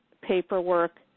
paperwork